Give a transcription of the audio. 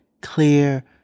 clear